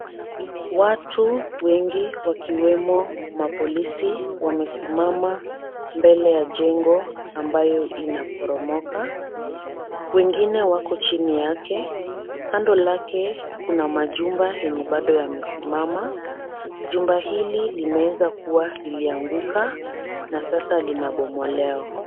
Watu wengi wakiwemo mapolisi, wamesimama mbele ya jengo ambayo ina poromoka. Wengine wako chini yake, kando lake kuna majumba yenye bado yamesimama. Jumba hili linaweza kua lilianguka na sasa linabomolewa.